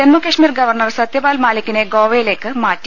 Jammu Kashmir governor Satyapal മാലിക്കിനെ ഗോവയിലേക്ക് മാറ്റി